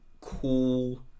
cool